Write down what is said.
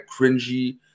cringy